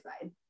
side